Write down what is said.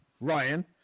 Ryan